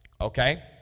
Okay